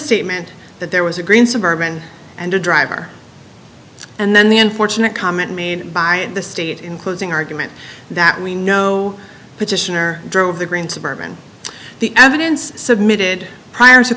statement that there was a green suburban and a driver and then the unfortunate comment made by the state in closing argument that we know petitioner drove the green suburban the evidence submitted prior to